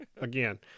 Again